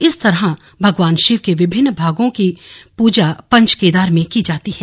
इस तरह भगवान शिव के विभिन्न भागों की पूजा पंच केदार में की जाती है